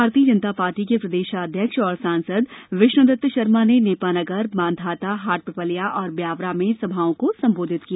भारतीय जनता पार्टी के प्रदेशाध्यक्ष और सांसद विष्णुदत्त शर्मा ने नेपानगर मांधाता हाटपिपल्या और ब्यावरा में सभाओं को संबोधित किया